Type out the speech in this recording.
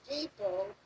people